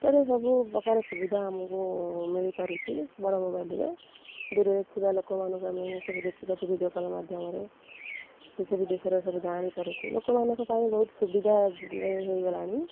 ଏଠାରେ ସବୁ ପ୍ରକାର ସୁବିଧା ଆମକୁ ମିଳିପାରୁଛି ବଡ଼ ମୋବାଇଲ୍ରେ ଦୂରରେ ଥିବା ଲୋକମାନଙ୍କୁ ଆମେ ସବୁ ଦେଖିପାରୁଛୁ ଭିଡ଼ିଓ କଲ୍ ମାଧ୍ୟମରେ ଦେଶ ବିଦେଶରେ ସବୁ ଜାଣିପାରୁଛୁ ଲୋକମାନଙ୍କ ପାଇଁ ବହୁତ ସୁବିଧା ହେଇଗଲାଣି